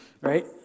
Right